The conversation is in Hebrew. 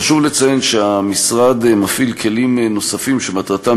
חשוב לציין שהמשרד מפעיל כלים נוספים שמטרתם